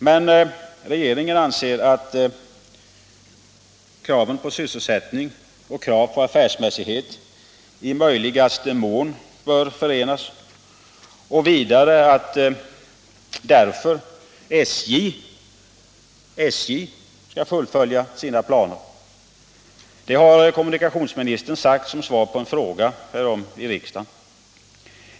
Men regeringen anser att kraven på sysselsättning och krav på affärsmässighet i möjligaste mån bör förenas och att SJ därför skall fullfölja behov sina planer. Det har kommunikationsministern sagt som svar på en fråga härom i riksdagen.